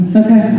okay